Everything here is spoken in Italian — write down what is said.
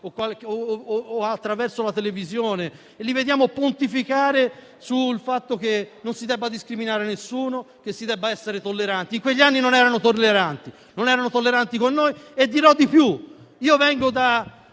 giornale o la televisione e che vediamo pontificare sul fatto che non si debba discriminare nessuno e si debba essere tolleranti. In quegli anni non erano tolleranti, non lo erano con noi. Dirò di più: provengo da